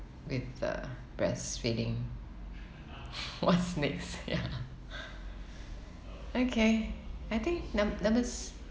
with the breastfeeding what's next ya okay I think num~ number s~